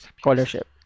scholarship